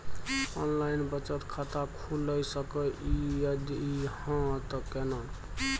Online बचत खाता खुलै सकै इ, यदि हाँ त केना?